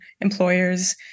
employers